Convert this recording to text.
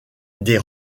des